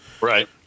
Right